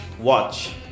Watch